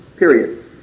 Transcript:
Period